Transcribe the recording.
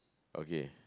okay